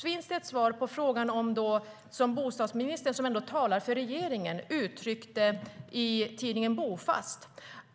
Finns det ett svar på frågan om det som bostadsministern, som talar för regeringen, uttryckte i tidningen Bofast?